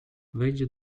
wejdzie